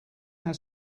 had